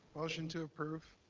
motion to approve